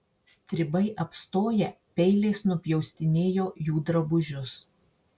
stribai apstoję peiliais nupjaustinėjo jų drabužius